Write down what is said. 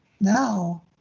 Now